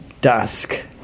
dusk